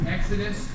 Exodus